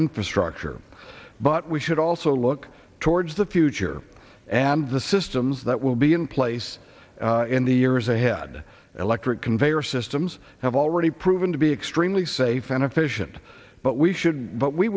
infrastructure but we should also look towards the future and the systems that will be in place in the years ahead electric conveyor systems have already proven to be extremely safe and efficient but we should but we